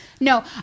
No